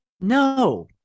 No